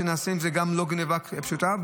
זו לא גנבה פשוטה,